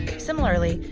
similarly,